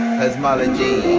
cosmology